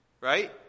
right